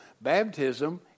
baptism